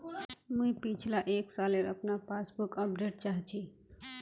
मुई पिछला एक सालेर अपना पासबुक अपडेट चाहची?